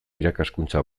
irakaskuntza